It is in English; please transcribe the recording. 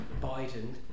Biden